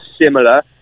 similar